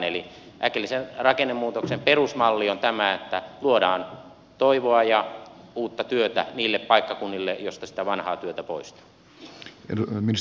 eli äkillisen rakennemuutoksen perusmalli on tämä että luodaan toivoa ja uutta työtä niille paikkakunnille josta sitä vanhaa työtä poistuu